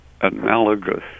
analogous